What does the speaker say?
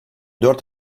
dört